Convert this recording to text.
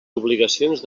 obligacions